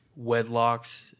wedlocks